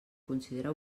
considera